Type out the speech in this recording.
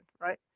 right